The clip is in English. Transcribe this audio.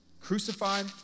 crucified